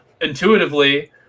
intuitively